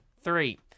Three